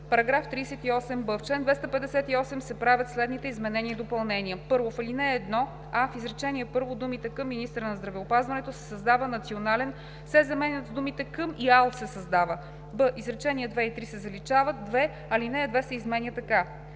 „§ 38б. В чл. 258 се правят следните изменения и допълнения: 1. В ал. 1: а) в изречение първо думите „Към министъра на здравеопазването се създава Национален“, се заменят с думите „Към ИАЛ се създава“; б) изречения 2 и 3, се заличават. 2. Алинея 2 се изменя така: